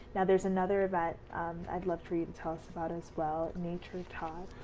now there's another event i'd love for you to tell us about as well. nature tots.